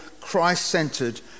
Christ-centered